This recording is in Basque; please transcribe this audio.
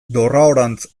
dorraorantz